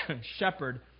shepherd